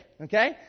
okay